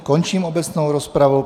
Končím obecnou rozpravu.